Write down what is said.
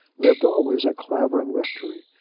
lived always at clavering rectory,